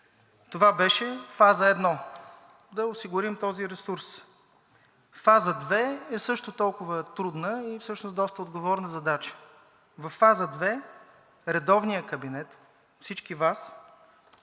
Това беше фаза едно – да осигурим този ресурс. Фаза две е също толкова трудна и всъщност доста отговорна задача. Във фаза две редовният кабинет, всички Вие